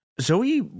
Zoe